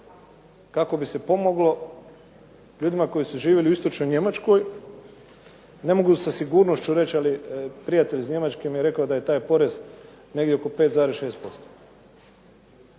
kako bi se pomoglo ljudima koji su živjeli u Istočnoj Njemačkoj. Ne mogu sa sigurnošću reći, ali prijatelj iz Njemačke mi je rekao da je taj porez negdje oko 5,6%.